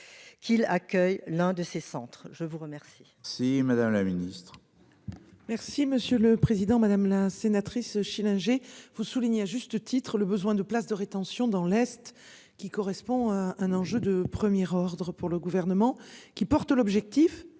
qui accueille l'un de ces centres. Je vous remercie. Si Madame la Ministre. Merci monsieur le président, madame la sénatrice Schillinger vous soulignez à juste titre, le besoin de places de rétention dans l'Est qui correspond à un enjeu de premier ordre pour le gouvernement qui porte l'objectif